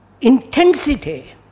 intensity